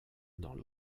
dans